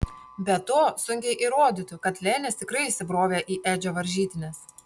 be to sunkiai įrodytų kad lenis tikrai įsibrovė į edžio varžytines